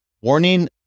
Warning